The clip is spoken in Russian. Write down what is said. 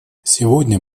сегодня